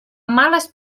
males